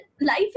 life